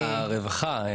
הרווחה,